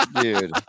Dude